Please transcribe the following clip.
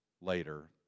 later